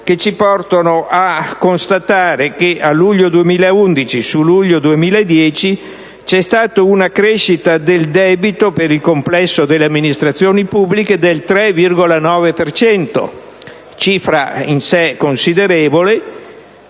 che ci portano a constatare che a luglio 2011, rispetto al luglio 2010, c'è stata una crescita del debito per il complesso delle amministrazioni pubbliche del 3,9 per cento, cifra in sé considerevole